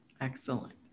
Excellent